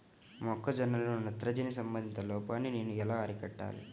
మొక్క జొన్నలో నత్రజని సంబంధిత లోపాన్ని నేను ఎలా అరికట్టాలి?